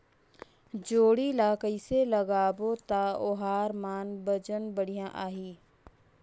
जोणी ला कइसे लगाबो ता ओहार मान वजन बेडिया आही?